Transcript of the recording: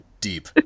Deep